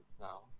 now